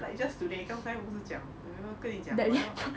like just today 我刚才不是讲有没有跟你讲我要